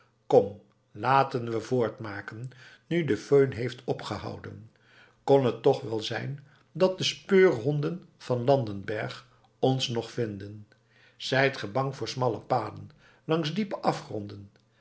kom laten we voortmaken nu de föhn heeft opgehouden kon het toch wel zijn dat de speurhonden van landenberg ons nog vinden zijt ge bang voor smalle paden langs diepe afgronden